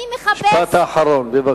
אני מחפש, משפט אחרון, בבקשה.